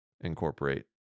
incorporate